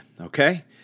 Okay